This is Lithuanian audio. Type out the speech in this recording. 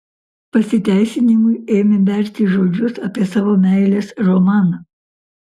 pasiteisinimui ėmė berti žodžius apie savo meilės romaną